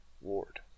Ward